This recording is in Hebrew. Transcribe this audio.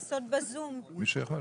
הכנסת.